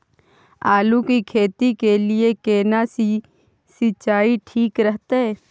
आलू की खेती के लिये केना सी सिंचाई ठीक रहतै?